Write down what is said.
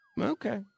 okay